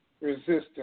resistance